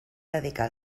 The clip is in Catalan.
dedicar